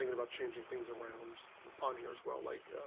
about changing things around on your swells like ah